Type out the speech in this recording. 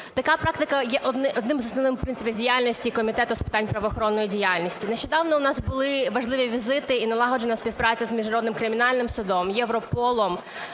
Така практика є одним з основних принципів діяльності Комітету з питань правоохоронної діяльності. Нещодавно у нас були важливі візити і налагоджена співпраця з Міжнародним кримінальним судом, Європолом,